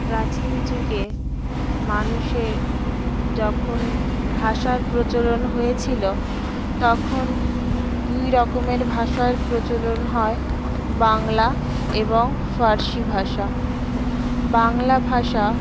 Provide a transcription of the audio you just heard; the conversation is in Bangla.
প্রাচীন যুগে মানুষের যখন ভাষার প্রচলন হয়েছিল তখন দুই রকমের ভাষার প্রচলন হয় বাংলা এবং ফার্সি ভাষা বাংলা ভাষা